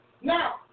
Now